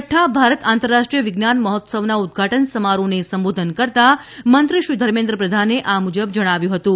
છઠ્ઠા ભારત આંતરરાષ્ટ્રીય વિજ્ઞાન મહોત્સવના ઉદ્દઘાટન સમારોહને સંબોધન કરતાં મંત્રી શ્રી ધર્મેન્દ્ર પ્રધાને આ મુજબ જણાવ્યું હતું